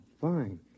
Fine